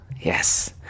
Yes